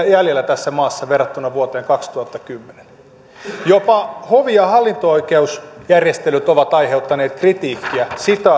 jäljellä tässä maassa verrattuna vuoteen kaksituhattakymmenen jopa hovi ja hallinto oikeusjärjestelyt ovat aiheuttaneet kritiikkiä